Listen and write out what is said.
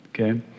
okay